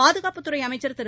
பாதுகாப்புத் துறை அமைச்சர் திரு